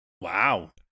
Wow